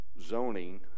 zoning